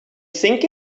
think